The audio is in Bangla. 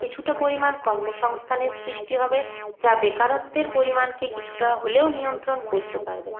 কিছুটা পরিমাণ কর্মসংস্থানের সৃষ্টি হবে যা বেকারত্বের পরিমাণকে কিছুটা হলেও নিয়ন্ত্রণ করতে পারবে